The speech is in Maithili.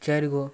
चारिगो